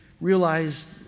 realize